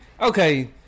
okay